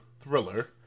thriller